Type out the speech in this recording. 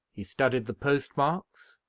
he studied the postmarks,